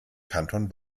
kanton